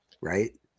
right